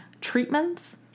treatments